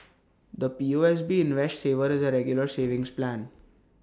the P O S B invest saver is A regular savings plan